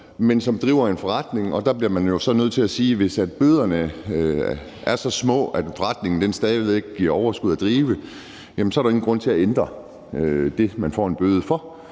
men som driver en forretning. Der bliver man jo så nødt til at sige, at hvis bøderne er så små, at det at drive forretningen stadig væk giver et overskud, er der ingen grund til at ændre det, som man får en bøde for.